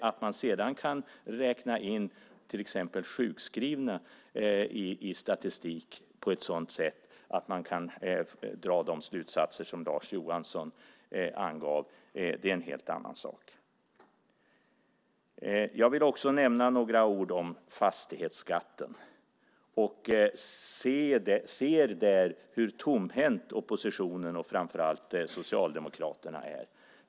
Att man sedan kan räkna in till exempel sjuskrivningar i statistik på ett sådant sätt att man kan dra de slutsatser som Lars Johansson gör är en helt annan sak. Jag vill också säga några ord om fastighetsskatten och ser där hur tomhänt oppositionen, och framför allt Socialdemokraterna, är.